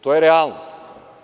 To je realnost.